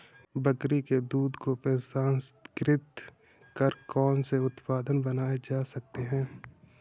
बकरी के दूध को प्रसंस्कृत कर कौन से उत्पाद बनाए जा सकते हैं?